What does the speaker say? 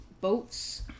boats